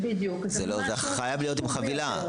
זה חייב להיות בחבילה.